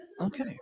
Okay